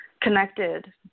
connected